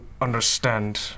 understand